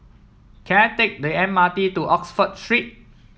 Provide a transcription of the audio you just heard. can I take the M R T to Oxford Street